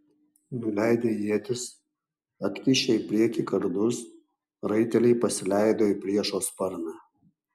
nuleidę ietis atkišę į priekį kardus raiteliai pasileido į priešo sparną